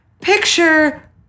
Picture